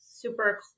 super